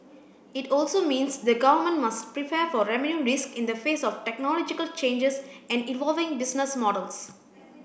it also means the government must prepare for revenue risk in the face of technological changes and evolving business models